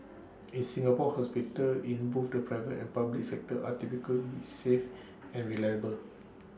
in Singapore hospitals in both the private and public sectors are typically safe and reliable